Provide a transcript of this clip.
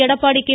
Edappadi K